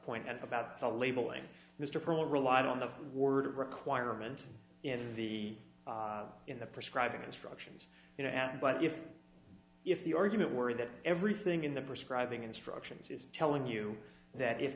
point about the labeling mr pearl relied on the word requirement in the in the prescribing instructions you know and but if if the argument worry that everything in the prescribing instructions is telling you that if